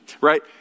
right